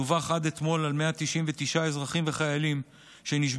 דווח עד אתמול על 199 אזרחים וחיילים שנשבו